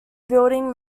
building